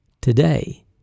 Today